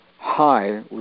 high